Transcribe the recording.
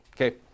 Okay